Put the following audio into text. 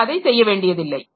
நான் அதை செய்ய வேண்டியதில்லை